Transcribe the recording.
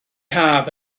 haf